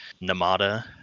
namada